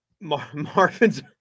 Marvin's